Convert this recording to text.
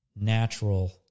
natural